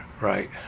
Right